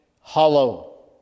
hollow